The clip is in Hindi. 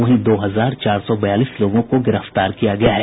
वहीं दो हजार चार सौ बयालीस लोगों को गिरफ्तार किया गया है